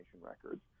records